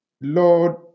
Lord